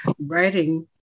writing